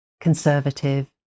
conservative